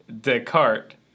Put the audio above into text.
Descartes